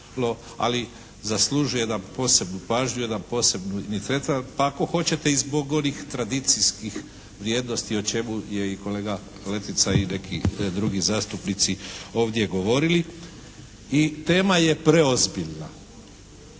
ali zaslužuje jednu posebnu pažnju, jedan posebni …/Govornik se ne razumije./…, pa ako hoćete i zbog onih tradicijskih vrijednosti o čemu je i kolega Letica i neki drugi zastupnici ovdje govorili i tema je preozbiljna.